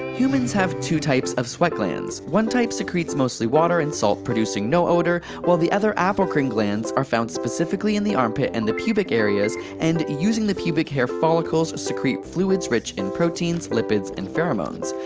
humans have two types of sweat glands, one type secretes mostly water and salt producing no odor, while the other apocrine glands are found specifically in the armpit and the pubic areas and using the pubic hair follicles secrete fluids rich in proteins, lipids, and pheromones.